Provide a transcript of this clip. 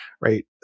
right